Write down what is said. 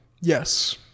Yes